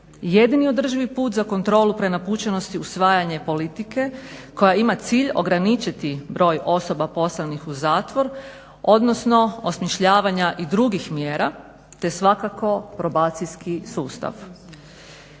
jedini održivi put za kontrolu prenapučenosti usvajanje politike koja ima cilj ograničiti broj osoba poslanih u zatvor odnosno osmišljavanja i drugih mjera te svakako probacijski sustav.